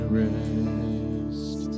rest